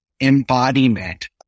embodiment